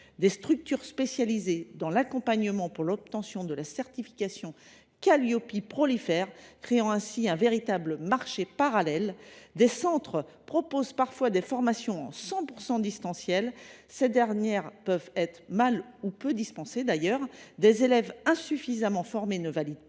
Des structures spécialisées dans l’accompagnement pour l’obtention de la certification Qualiopi prolifèrent, créant un véritable marché parallèle ; des centres proposent parfois des formations en 100 % à distance, lesquelles peuvent être mal ou peu dispensées ; des élèves insuffisamment formés ne valident pas